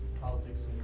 politics